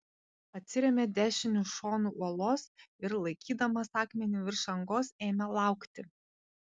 atsirėmė dešiniu šonu uolos ir laikydamas akmenį virš angos ėmė laukti